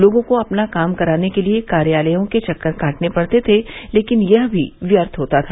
लोगों को अपना काम कराने के लिए कार्यालयों के चक्कर काटने पड़ते थे लेकिन यह भी व्यर्थ होता था